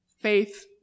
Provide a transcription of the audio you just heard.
faith